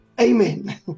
amen